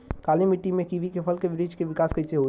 काली मिट्टी में कीवी के फल के बृछ के विकास कइसे होई?